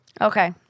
Okay